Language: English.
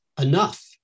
enough